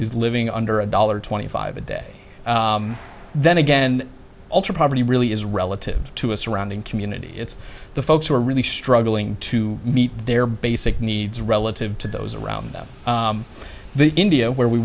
who's living under a dollar twenty five a day then again ultra poverty really is relative to a surrounding community it's the folks who are really struggling to meet their basic needs relative to those around them the india where we